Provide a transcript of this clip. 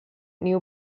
new